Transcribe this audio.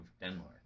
Denmark